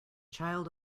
child